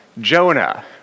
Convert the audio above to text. Jonah